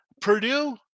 Purdue